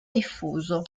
diffuso